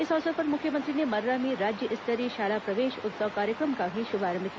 इस अवसर पर मुख्यमंत्री ने मर्रा में राज्य स्तरीय शाला प्रवेश उत्सव कार्यक्रम का भी शुभारंभ किया